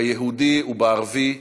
ביהודי ובערבי,